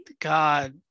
God